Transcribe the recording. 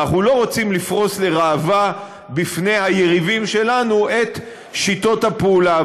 ואנחנו לא רוצים לפרוס לראווה בפני היריבים שלנו את שיטות הפעולה.